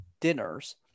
dinners